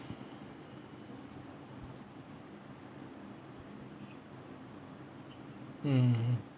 mm